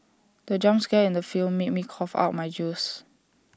the jump scare in the film made me cough out my juice